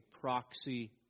proxy